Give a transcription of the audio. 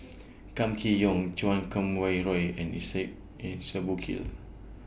Kam Kee Yong Chan Kum Wah Roy and Isaac Henry Burkill